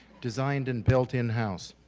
designed and built in-house.